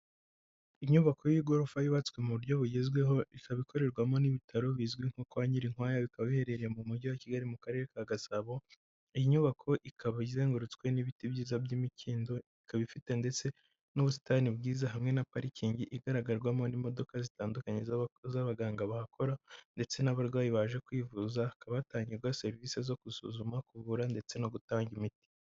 Inyubako y'igorofa yubatswe mu buryo bugezweho, ikaba ikorerwamo n'ibitaro bizwi nko kwa Nyirinkwaya, bikaba biherereye mu mujyi wa Kigali mu karere ka gasabo, iyi nyubako ikaba izengurutswe n'ibiti byiza by'imikindo ,ikaba ifite ndetse n'ubusitani bwiza hamwe na parking igaragarwamo n'imodokadoka zitandukanye z'abakozi b'abaganga bahakora ndetse n'abarwayi baje kwivuza, hakaba hatangirwamo serivisi zo gusuzuma, kuvura ndetse no gutanga imiti.